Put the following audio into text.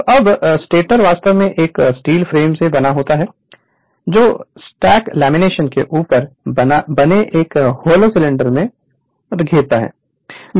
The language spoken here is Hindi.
Refer Slide Time 1730 तो अब स्टेटर वास्तव में एक स्टील फ्रेम से बना होता है जो स्टैक लेमिनेशन के ऊपर बने एक होलो सिलैंडरिकल कोड को घेरता है